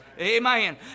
Amen